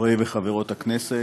חברי וחברות הכנסת,